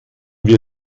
wir